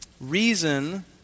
Reason